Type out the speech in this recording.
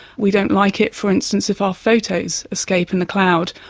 we don't like it, for instance, if our photos escape in the cloud,